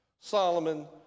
Solomon